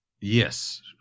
Yes